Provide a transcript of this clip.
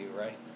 right